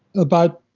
about